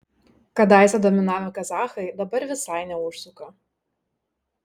kadaise dominavę kazachai dabar visai neužsuka